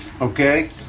Okay